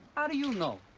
do you know?